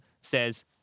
says